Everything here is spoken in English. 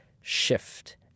shift